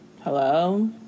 hello